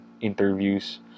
interviews